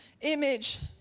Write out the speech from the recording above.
image